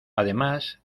además